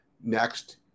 next